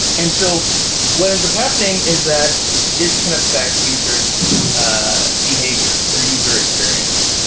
and so what ends up happening is that this can affect users' behavior, their user experience.